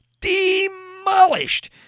demolished